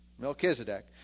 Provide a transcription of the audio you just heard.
Melchizedek